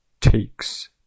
takes